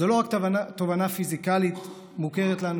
זו לא רק תובנה פיזיקלית מוכרת לנו,